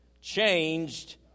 changed